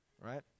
right